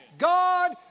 God